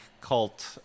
cult